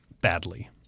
badly